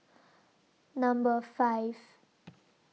Number five